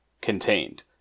contained